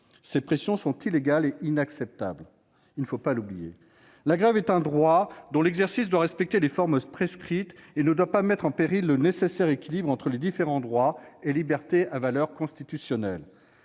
ces pressions sont illégales et inacceptables. La grève est un droit dont l'exercice doit respecter les formes prescrites et ne pas mettre en péril le nécessaire équilibre entre les différents droits et libertés de valeur constitutionnelle.